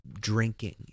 drinking